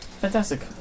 Fantastic